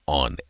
on